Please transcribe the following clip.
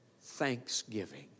thanksgiving